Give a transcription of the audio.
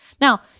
Now